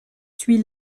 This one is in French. suit